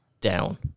down